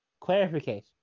clarification